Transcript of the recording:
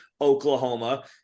oklahoma